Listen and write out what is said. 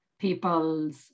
people's